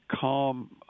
calm